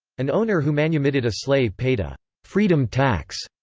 an owner who manumitted a slave paid a freedom tax,